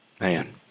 Man